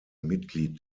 mitglied